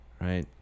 right